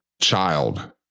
child